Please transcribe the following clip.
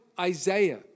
Isaiah